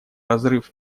разрыв